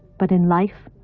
but in life,